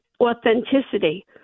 authenticity